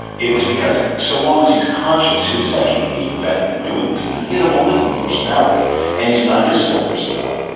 it was because so long as he's conscious, his psychic needs prevent him from doing these things. and he's a malignant personality and he's an undisciplined personality.